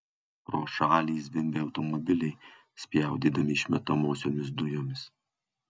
pro šalį zvimbė automobiliai spjaudydami išmetamosiomis dujomis